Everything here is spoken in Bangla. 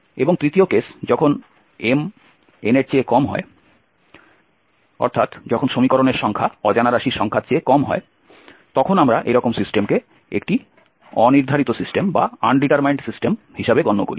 এবং তৃতীয় কেস যখন m n অর্থাৎ যখন সমীকরণের সংখ্যা অজানা রাশির সংখ্যার চেয়ে কম হয় তখন আমরা এইরকম সিস্টেমকে একটি অনির্ধারিত সিস্টেম হিসাবে গণ্য করি